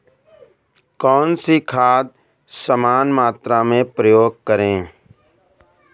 कौन सी खाद समान मात्रा में प्रयोग करें?